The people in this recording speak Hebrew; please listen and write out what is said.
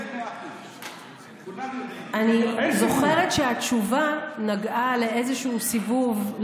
אני זוכרת שהתשובה נגעה לאיזשהו סיבוב,